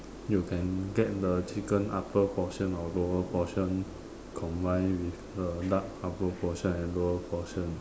you can get the chicken upper portion or lower portion combine with the duck upper portion and lower portion